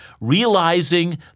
realizing